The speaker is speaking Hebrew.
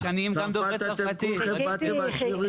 צרפת אתם כולכם באתם עשירים לארץ.